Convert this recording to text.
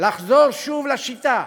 לחזור שוב לשיטה